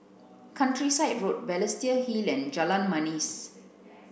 Countryside Road Balestier Hill and Jalan Manis